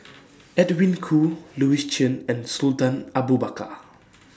Edwin Koo Louis Chen and Sultan Abu Bakar